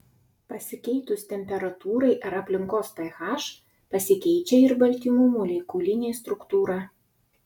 pasikeitus temperatūrai ar aplinkos ph pasikeičia ir baltymų molekulinė struktūra